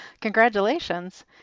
congratulations